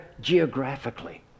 geographically